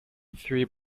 three